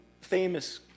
famous